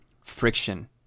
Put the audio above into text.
friction